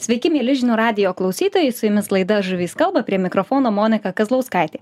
sveiki mieli žinių radijo klausytojai su jumis laida žuvys kalba prie mikrofono monika kazlauskaitė